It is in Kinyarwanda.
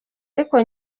ariko